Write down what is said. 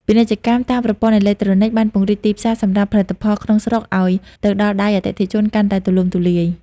ពាណិជ្ជកម្មតាមប្រព័ន្ធអេឡិចត្រូនិកបានពង្រីកទីផ្សារសម្រាប់ផលិតផលក្នុងស្រុកឱ្យទៅដល់ដៃអតិថិជនកាន់តែទូលំទូលាយ។